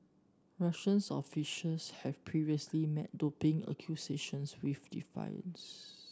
Russians officials have previously met doping accusations with defiance